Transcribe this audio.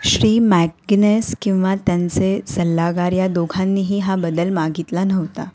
Shri McGuinness किंवा त्यांचे सल्लागार या दोघांनीही हा बदल मागितला नव्हता